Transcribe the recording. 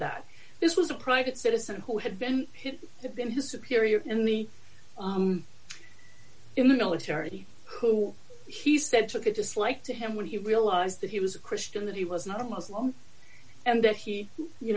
that this was a private citizen who had been hit the been his superiors and me in the military who he said took a dislike to him when he realized that he was a christian that he was not a muslim and that he you